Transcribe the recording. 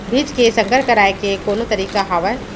बीज के संकर कराय के कोनो तरीका हावय?